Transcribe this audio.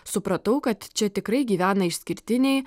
supratau kad čia tikrai gyvena išskirtiniai